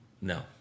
No